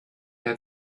der